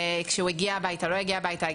אם זה כשהוא הגיע הביתה או לא הגיע הביתה.